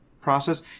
process